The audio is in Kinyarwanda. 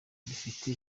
dufite